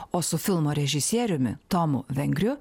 o su filmo režisieriumi tomu vengriu